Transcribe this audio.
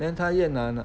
then 他又拿拿